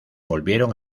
volvieron